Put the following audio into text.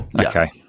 Okay